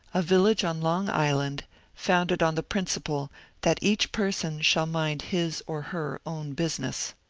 a village on long island founded on the principle that each person shall mind his or her own business.